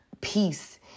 peace